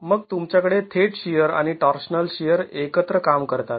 मग तुमच्याकडे थेट शिअर आणि टॉर्शनल शिअर एकत्र काम करतात